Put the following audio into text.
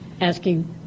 asking